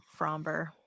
Fromber